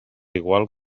igual